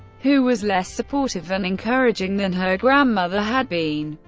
who was less supportive and encouraging than her grandmother had been,